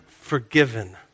forgiven